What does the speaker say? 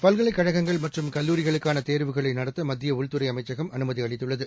பல்கலைக் கழகங்கள் மற்றும் கல்லூரிகளுக்கான தேர்வுகளை நடத்த மத்திய உள்துறை அமைச்சகம் அனுமதி அளித்துள்ளது